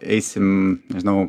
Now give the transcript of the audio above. eisim nežinau